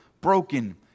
broken